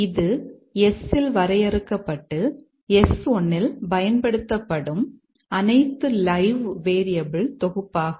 இது S இல் வரையறுக்கப்பட்டு S1 இல் பயன்படுத்தப்படும் அனைத்து லைவ் வேரியபிள் தொகுப்பாகும்